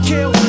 Kill